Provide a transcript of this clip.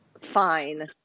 fine